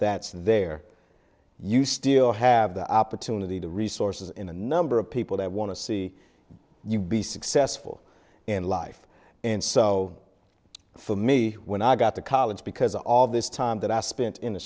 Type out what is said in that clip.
that's there you still have the opportunity to resources in a number of people that want to see you be successful in life and so for me when i got to college because all this time that i spent in the